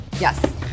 yes